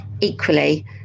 equally